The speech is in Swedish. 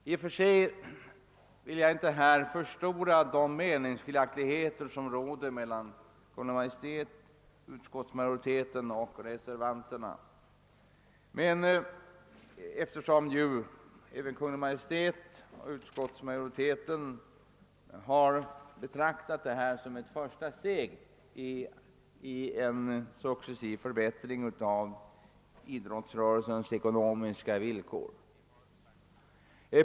I och för sig vill jag inte förstora de meningsskiljaktigheter som råder mellan å ena sidan Kungl. Maj:t och utskottsmajoriteten och å andra sidan reservanterna. Kungl. Maj:t och utskottsmajoriteten har ju betraktat detta som ett första steg till en successiv förbättring av idrottsrörelsens ekonomiska villkor.